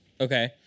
Okay